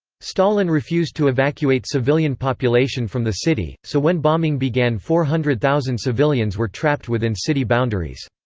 stalin refused to evacuate civilian population from the city, so when bombing began four hundred thousand civilians were trapped within city boundaries.